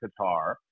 Qatar